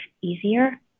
easier